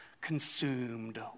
consumed